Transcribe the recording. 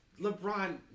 LeBron